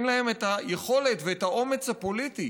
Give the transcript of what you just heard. אין להן את היכולת ואת האומץ הפוליטי